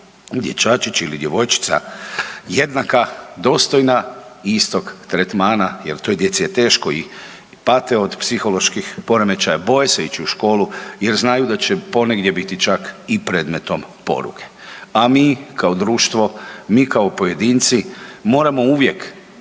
dječačić ili djevojčica jednaka, dostojna istog tretmana jer toj djeci je teško i pate od psiholoških poremećaja, boje se ići u školu jer znaju da će ponegdje biti čak i predmetom poruge. A mi kao društvo, mi kao pojedinci moramo uvijek